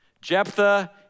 Jephthah